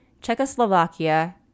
Czechoslovakia